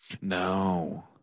No